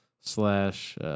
slash